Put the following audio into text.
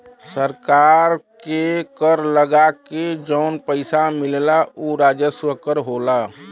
सरकार के कर लगा के जौन पइसा मिलला उ राजस्व कर होला